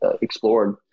explored